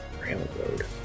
Railroad